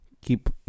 keep